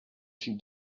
few